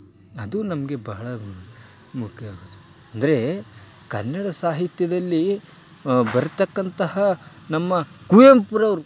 ಅದು ನಮಗೆ ಬಹಳ ಮುಖ್ಯವಾದ ಅಂದರೇ ಕನ್ನಡ ಸಾಹಿತ್ಯದಲ್ಲಿ ಬರತಕ್ಕಂತಹ ನಮ್ಮ ಕುವೆಂಪುರವರು